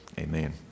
Amen